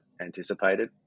anticipated